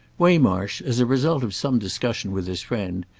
waymarsh, as a result of some discussion with his friend,